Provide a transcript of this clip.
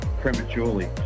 prematurely